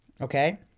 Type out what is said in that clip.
Okay